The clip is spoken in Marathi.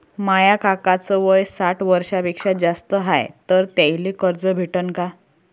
माया काकाच वय साठ वर्षांपेक्षा जास्त हाय तर त्याइले कर्ज भेटन का?